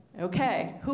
Okay